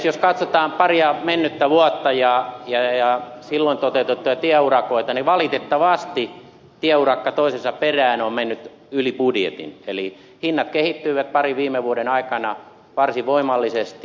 jos katsotaan paria mennyttä vuotta ja silloin toteutettuja tieurakoita niin valitettavasti tieurakka toisensa perään on mennyt yli budjetin eli hinnat kehittyivät parin viime vuoden aikana varsin voimallisesti